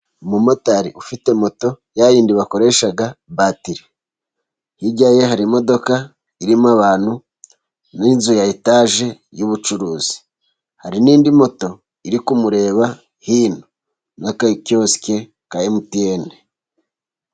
Umumotari ufite moto ya yindi bakoresha batiri, hirya ye hari imodoka irimo abantu n'inzu ya etaje y'ubucuruzi, hari n'indi moto iri kumureba hino n'akakiyosike ka emutiyene.